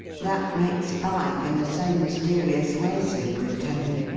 that makes five in the same mysterious way, superintendent,